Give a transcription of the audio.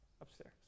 upstairs